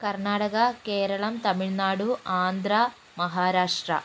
Karnataka Keralam Tamil Nadu Andhra Maharashtra